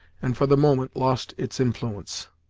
and for the moment lost its influence.